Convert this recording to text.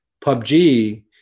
PUBG